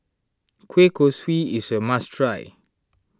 Kueh Kosui is a must try